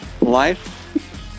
life